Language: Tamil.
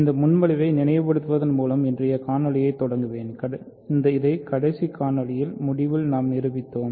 இந்த முன்மொழிவை நினைவுபடுத்துவதன் மூலம் இன்றைய காணொளியைத் தொடங்குவேன் இதை கடைசி காணொளியின் முடிவில் நாம் நிரூபித்தோம்